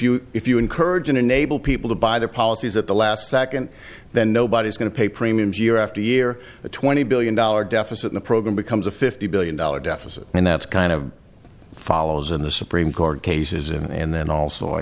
you if you encourage and enable people to buy their policies at the last second then nobody's going to pay premiums year after year a twenty billion dollar deficit the program becomes a fifty billion dollar deficit and that's kind of follows in the supreme court cases and then also i